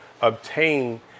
obtain